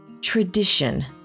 tradition